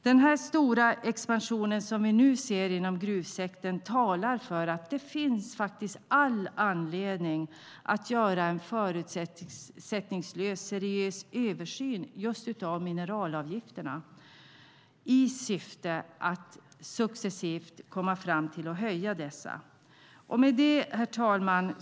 Den stora expansion som vi nu ser inom gruvsektorn talar för att det faktiskt finns all anledning att göra en förutsättningslös och seriös översyn av mineralavgifterna i syfte att successivt komma fram till att dessa ska höjas. Herr talman!